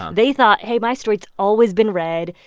they thought, hey, my state's always been red.